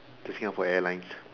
to Singapore Airlines